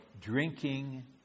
drinking